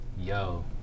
yo